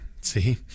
See